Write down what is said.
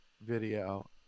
video